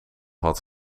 wat